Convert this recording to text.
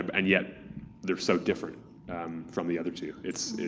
and yet they're so different from the other two. it's.